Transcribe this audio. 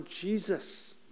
Jesus